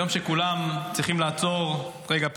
יום שכולם צריכים לעצור רגע,